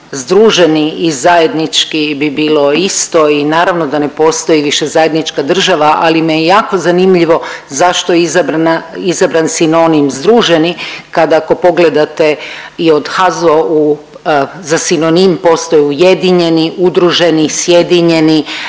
združeni i zajednički bi bilo isto i naravno da ne postoji više zajednička država, ali mi je jako zanimljivo zašto je izabran sinonim združeni kad ako pogledate i od HAZU-a za sinonim postoji ujedinjeni, udruženi, sjedinjeni,